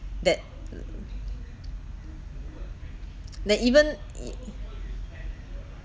that that even it